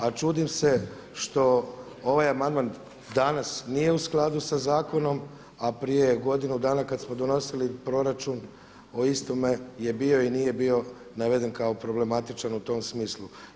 A čudim se što ovaj amandman danas nije u skladu sa zakonom, a prije godinu dana kad smo donosili proračun o istome je bio i nije bio naveden kao problematičan u tom smislu.